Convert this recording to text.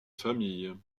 famille